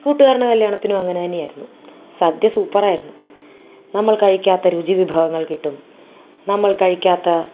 കൂട്ടുകാരൻ്റെ കല്യാണത്തിനും അങ്ങനെ തന്നെയായിരുന്നു സദ്യ സൂപ്പറായിരുന്നു നമ്മൾ കഴിക്കാത്ത രുചി വിഭവങ്ങൾ കിട്ടും നമ്മൾ കഴിക്കാത്ത